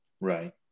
Right